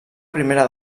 primera